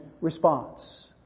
response